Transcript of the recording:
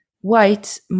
white